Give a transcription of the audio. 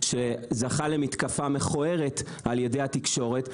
שזכה למתקפה מכוערת על ידי התקשורת,